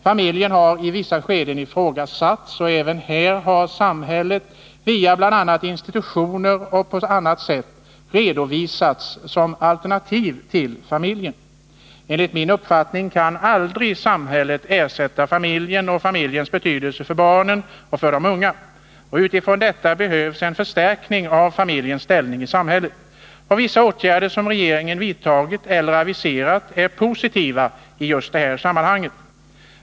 Familjen har i vissa skeden ifrågasatts, och även här har samhället via bl.a. institutioner och på annat sätt redovisats som alternativ till familjen. Enligt min uppfattning kan aldrig samhället ersätta familjen och familjens betydelse för barnen och för de unga. Utifrån detta behövs en förstärkning av familjens ställning i samhället, och vissa åtgärder som regeringen vidtagit eller aviserat är positiva i just detta sammanhang.